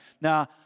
Now